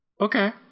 Okay